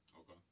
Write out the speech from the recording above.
Okay